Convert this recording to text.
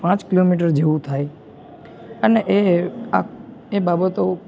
પાંચ કિલોમીટર જેવું થાય અને એ આ એ બાબતો